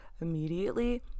immediately